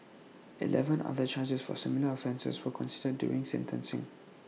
Eleven other charges for similar offences were considered during sentencing